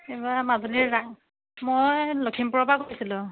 এইবাৰ মাজুলীৰ ৰাস মই লখিমপুৰৰ পৰা কৈছিলোঁ